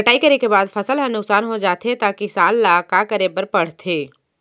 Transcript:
कटाई करे के बाद फसल ह नुकसान हो जाथे त किसान ल का करे बर पढ़थे?